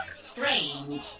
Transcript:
strange